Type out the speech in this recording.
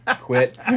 Quit